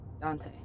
Dante